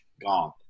gone